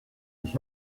ich